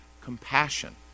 compassion